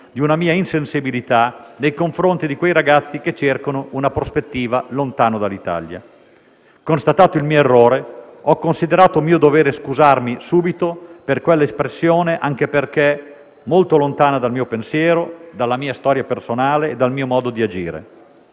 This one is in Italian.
di una mia insensibilità nei confronti di quei ragazzi che cercano una prospettiva lontano dall'Italia. Constatato il mio errore, ho considerato mio dovere scusarmi subito per quella espressione, anche perché molto lontana dal mio pensiero, dalla mia storia personale e dal mio modo di agire.